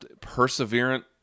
Perseverant